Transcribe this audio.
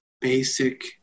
basic